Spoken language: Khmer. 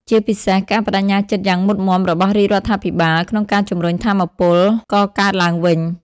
ជាពិសេស ការប្តេជ្ញាចិត្តយ៉ាងមុតមាំរបស់រាជរដ្ឋាភិបាល ក្នុងការជំរុញថាមពលកកើតឡើងវិញ។